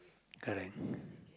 correct